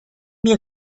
mir